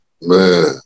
Man